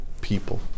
people